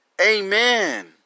Amen